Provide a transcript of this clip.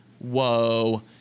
Whoa